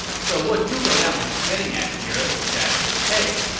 so what zhuge liang was getting at here was that, hey,